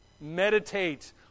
Meditate